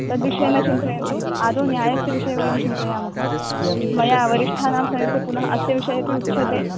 तद्विषये न चिन्तयन्तु अदौ न्यायस्य विषये वयं चिन्तयामः मया वरिष्ठानां समीपे पुनः अस्य विषय अपि उच्यते